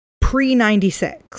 pre-96